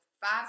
five